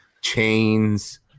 chains